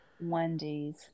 wendy's